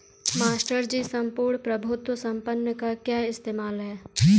Master ji सम्पूर्ण प्रभुत्व संपन्न का क्या इस्तेमाल है?